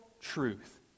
truth